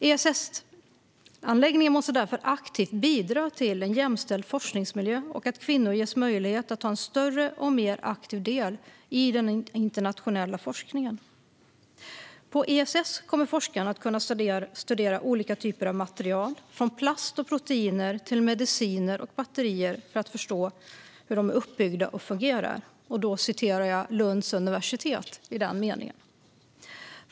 ESS-anläggningen måste därför aktivt bidra till en jämställd forskningsmiljö och att kvinnor ges möjlighet att ta en större och mer aktiv del i den internationella forskningen. "På ESS kommer forskarna att kunna studera olika typer av material, från plast och proteiner till mediciner och batterier, för att förstå hur de är uppbyggda och fungerar." Här citerade jag Lunds universitet.